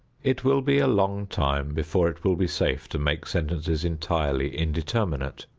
it will be a long time before it will be safe to make sentences entirely indeterminate.